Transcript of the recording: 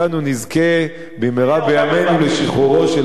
במהרה בימינו לשחרורו של אחינו יהונתן,